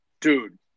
dude